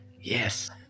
yes